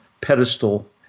pedestal